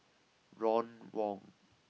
Ron Wong